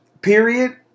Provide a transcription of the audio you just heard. Period